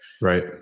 Right